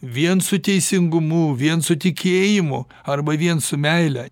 vien su teisingumu vien su tikėjimu arba vien su meile